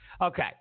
okay